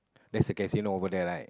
as you can see know over there right